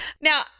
Now